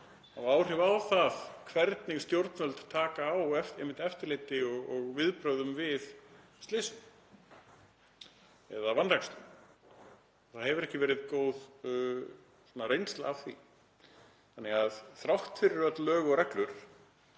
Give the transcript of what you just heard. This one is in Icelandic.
áhrif á það hvernig stjórnvöld taka á eftirliti og bregðast við slysum eða vanrækslu. Það hefur ekki verið góð reynsla af því þannig að, þrátt fyrir öll lög og reglur,